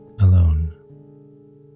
alone